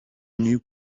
you